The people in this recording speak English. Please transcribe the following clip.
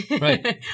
Right